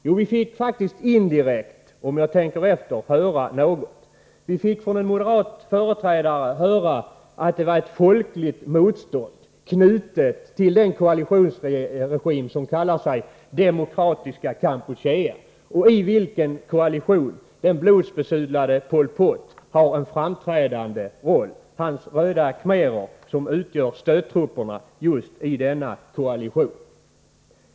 Jo, vi fick faktiskt indirekt, om jag tänker efter, höra något. Vi fick från en moderat företrädare höra att det var ett folkligt motstånd knutet till den koalitionsregim som kallar sig Demokratiska Kampuchea. I denna koalition har den blodbesudlade Pol Pot en framträdande roll. Hans röda khmerer utgör stödtrupperna just i denna koalition.